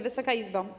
Wysoka Izbo!